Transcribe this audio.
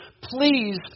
please